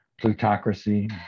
plutocracy